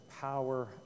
power